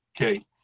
okay